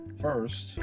first